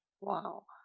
Wow